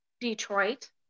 Detroit